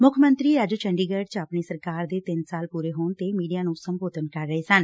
ਮੁੱਖ ਮੰਤਰੀ ਅੱਜ ਚੰਡੀਗੜ੍ ਚ ਆਪਣੀ ਸਰਕਾਰ ਦੇ ਤਿੰਨ ਸਾਲ ਪੂਰੇ ਹੋਣ ਤੇ ਮੀਡੀਆ ਨੂੰ ਸੰਬੋਧਨ ਕਰ ਰਹੇ ਸਨ